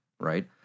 Right